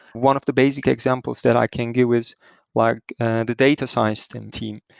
one of the basic examples that i can give is like the data science and team.